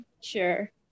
Sure